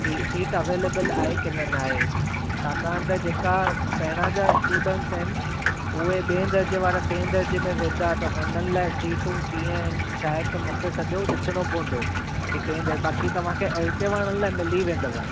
कि seat available आहे कि न न आहे छाकाणि त जेका पहिरां जा स्टूडेंट्स आहिनि उहे ॿिए दर्जे वारा टें दर्जे में वेंदा त हुननि लाइ सीटूं कीअं इन छा आहे त मूंखे सॼो ॾिसणो पवंदो कि टे दर्जे बाकि तव्हांखे एल के वारनि लाइ मिली वेंदव